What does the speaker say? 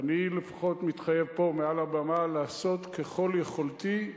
אני לפחות מתחייב פה מעל הבמה לעשות ככל יכולתי,